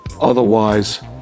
Otherwise